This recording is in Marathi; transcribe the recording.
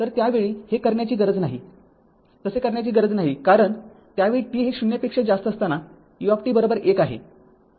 तर त्या वेळी हे करण्याची गरज नाही तसे करण्याची गरज नाही कारण त्यावेळी t हे ० पेक्षा जास्त असताना u १ आहे